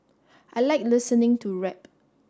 I like listening to rap